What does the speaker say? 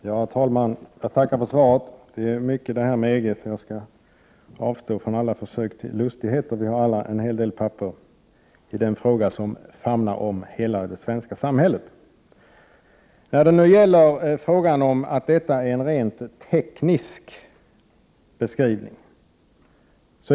Herr talman! Jag tackar för svaret. Det här med EG är en omfattande materia, och vi har alla en hel del papper i den frågan, som famnar om hela det svenska samhället, så jag skall avstå från alla försök att göra mig lustig över att finansministern först hade fått med sig fel svar om EG upp i talarstolen. Finansministern säger i svaret att detta är en rent teknisk beskrivning.